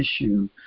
issue